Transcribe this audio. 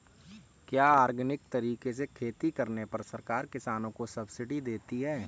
क्या ऑर्गेनिक तरीके से खेती करने पर सरकार किसानों को सब्सिडी देती है?